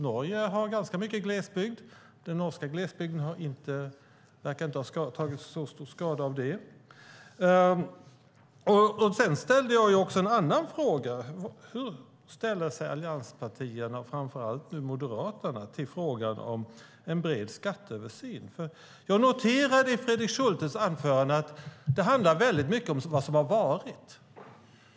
Norge har ganska mycket glesbygd. Den norska glesbygden verkar inte ha tagit skada av ändringarna. Jag frågade också hur allianspartierna, och framför allt Moderaterna, ställer sig till frågan om en bred skatteöversyn. Jag noterade att Fredrik Schultes anförande handlade mycket om vad som har varit.